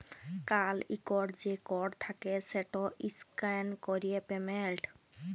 কাল ইকট যে কড থ্যাকে সেট ইসক্যান ক্যরে পেমেল্ট